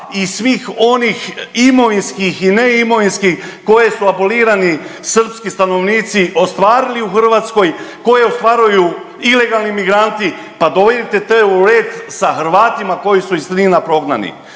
i svih onih imovinskih i neimovinskih koje su abolirani srpski stanovnici ostvarili u Hrvatskoj, koje ostvaruju ilegalni migranti pa dovedite te u red sa Hrvatima koji su iz Knina prognani.